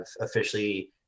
officially